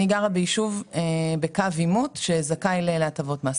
אני גרה ביישוב בקו עימות שזכאי להטבות מס.